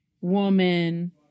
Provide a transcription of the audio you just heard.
woman